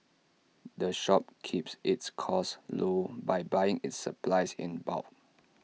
the shop keeps its costs low by buying its supplies in bulk